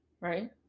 right